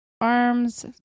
arms